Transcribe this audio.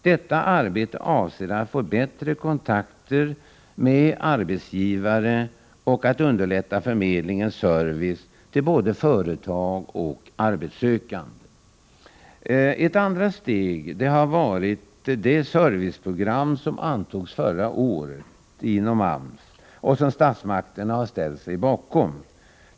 Detta arbete avser att få bättre kontakter med arbetsgivarna och att underlätta förmedlingens service till både företag och arbetssökande. Ett andra steg har varit det serviceprogram som antogs förra året inom AMS och som statsmakterna har ställt sig bakom.